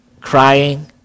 crying